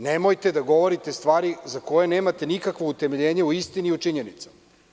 Nemojte da govorite stvari za koje nemate nikakvo utemeljenje u istini i u činjenicama.